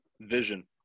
vision